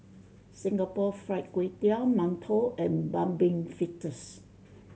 Singapore Fried Kway Tiao mantou and Mung Bean Fritters